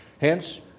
Hence